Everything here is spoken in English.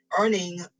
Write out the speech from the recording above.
earning